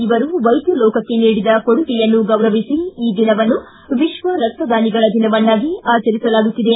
ಇವರು ವೈದ್ಯ ಲೋಕಕ್ಕೆ ನೀಡಿದ ಕೊಡುಗೆಯನ್ನು ಗೌರವಿಸಿ ಈ ದಿನವನ್ನು ವಿಶ್ವ ರಕ್ತದಾನಿಗಳ ದಿನವನ್ನಾಗಿ ಆಚರಿಸಲಾಗುತ್ತಿದೆ